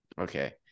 Okay